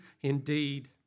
indeed